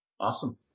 Awesome